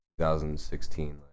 2016